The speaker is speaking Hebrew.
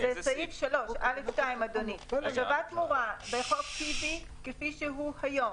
זה סעיף 3(א)(2): השבת תמורה בחוק טיבי כפי שהוא היום.